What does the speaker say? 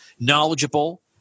knowledgeable